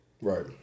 Right